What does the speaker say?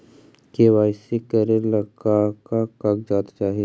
KYC करे ला का का कागजात चाही?